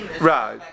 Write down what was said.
Right